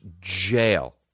jail